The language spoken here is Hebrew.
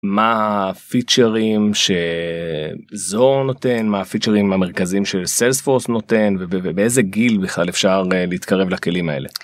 מה פיצ'רים שזה נותן ומה הפיצ'רים המרכזים ש salesforce נותן ובאיזה גיל בכלל אפשר להתקרב לכלים האלה.